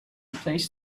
placed